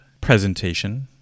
presentation